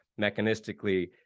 mechanistically